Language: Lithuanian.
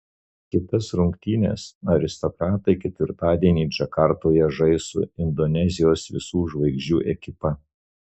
kitas rungtynes aristokratai ketvirtadienį džakartoje žais su indonezijos visų žvaigždžių ekipa